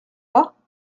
pas